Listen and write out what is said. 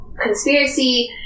conspiracy